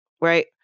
right